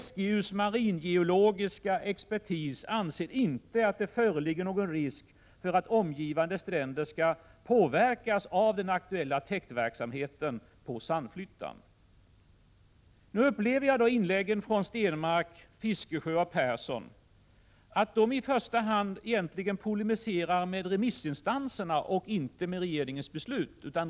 SGU:s maringeologiska expertis anser inte att det föreligger någon risk för att omgivande stränder skall påverkas av den aktuella täktverksamheten på Sandflyttan. Jag upplever att Stenmarck, Fiskesjö och Persson i sina inlägg i första hand polemiserar mot remissinstanserna och inte mot regeringen.